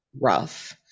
rough